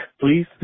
please